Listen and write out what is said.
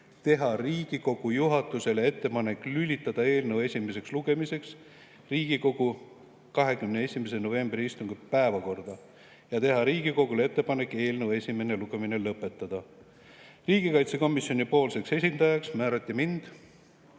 teha Riigikogu juhatusele ettepanek esitada eelnõu esimeseks lugemiseks Riigikogu 21. novembri istungi päevakorda ja teha Riigikogule ettepanek eelnõu esimene lugemine lõpetada. Riigikaitsekomisjoni esindajaks määrati mind